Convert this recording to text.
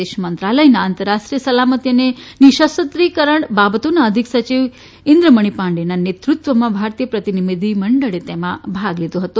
વિદેશ મંત્રાલયના આંતરરાષ્ટ્રીય સલામતિ અને નિઃશસ્ત્રીકરણ બાબતોના અધિક સચિવ ઇન્દ્રમણી પાંડેના નેતૃત્વમાં ભારતીય પ્રતિનિધિમંડળે તેમાં ભાગ લીધો હતો